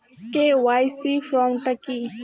KYC form টা কি?